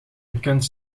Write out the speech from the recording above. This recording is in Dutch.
bekend